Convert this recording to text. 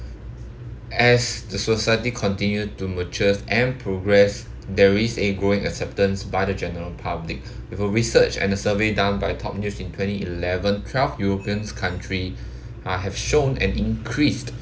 as the society continue to mature and progress there is a growing acceptance by the general public with a research and a survey done by top new in twenty eleven twelve europeans country uh have shown an increased